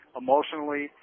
emotionally